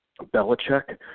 Belichick